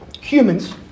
humans